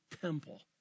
temple